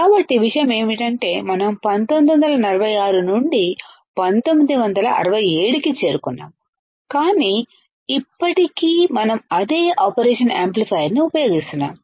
కాబట్టి విషయం ఏమిటంటే మనం 1946 నుండి 1967 కి చేరుకున్నాము కాని ఇప్పటికీ మనం అదే ఆపరేషన్ యాంప్లిఫైయర్ ను ఉపయోగిస్తున్నాము